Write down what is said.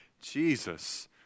Jesus